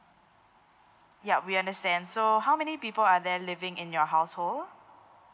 yup we understand so how many people are there living in your household